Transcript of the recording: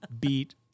beat